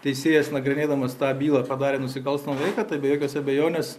teisėjas nagrinėdamas tą bylą padarė nusikalstamą veiką tai be jokios abejonės